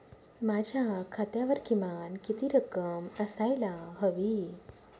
माझ्या खात्यावर किमान किती रक्कम असायला हवी?